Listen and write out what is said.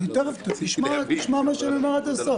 תכף תשמע מה שאני אומר עד הסוף.